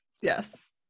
Yes